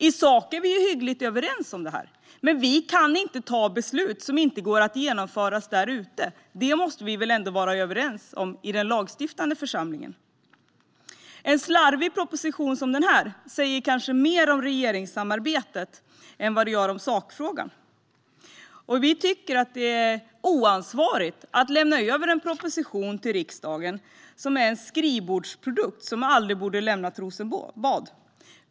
I sak är vi ju hyggligt överens, men vi kan inte fatta beslut som inte går att genomföra där ute. Det måste vi väl ändå vara överens om här i den lagstiftande församlingen. En slarvig proposition som den här säger kanske mer om regeringssamarbetet än den gör om sakfrågan. Vi tycker att det är oansvarigt att lämna över en proposition till riksdagen som är en skrivbordsprodukt som aldrig borde ha lämnat Rosenbad.